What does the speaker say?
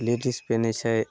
ladies पेनहइ छै